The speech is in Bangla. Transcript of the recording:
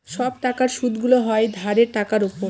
সব টাকার সুদগুলো হয় ধারের টাকার উপর